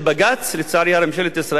לצערי הרב ממשלת ישראל ממאנת